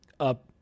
Up